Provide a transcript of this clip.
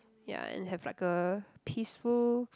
ya and have like a peaceful